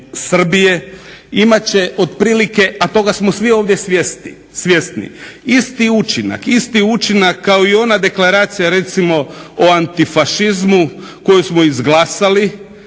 imat će otprilike, a toga smo svi ovdje svjesni, isti učinak kao i ona deklaracija recimo o antifašizmu koju smo izglasali